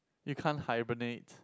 you can't hibernate